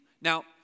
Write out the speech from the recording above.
Now